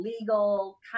legal